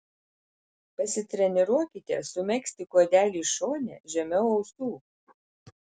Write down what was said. pasitreniruokite sumegzti kuodelį šone žemiau ausų